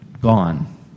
gone